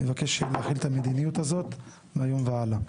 אני מבקש שנכיל את המדיניות הזאת מהיום והלאה.